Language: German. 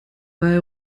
bei